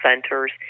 centers